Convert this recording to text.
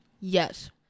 Yes